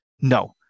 no